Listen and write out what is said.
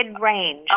range